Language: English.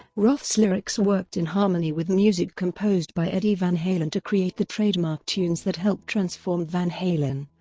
roth's lyrics worked in harmony with music composed by eddie van halen to create the trademark tunes that helped transform van halen,